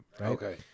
okay